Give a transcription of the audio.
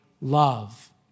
love